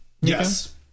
Yes